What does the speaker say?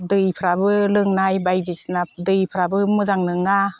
दैफोराबो लोंनाय बायदिसिना दैफोराबो मोजां नङा